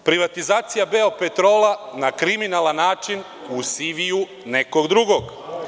Privatizacija „Beopetrola“ na kriminalan način u CV nekog drugog.